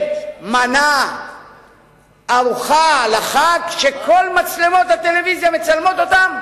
מנה לחג כשכל מצלמות הטלוויזיה מצלמות אותם?